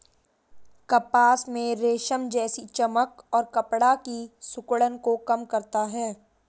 कपास में रेशम जैसी चमक और कपड़ा की सिकुड़न को कम करता है